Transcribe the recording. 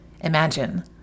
Imagine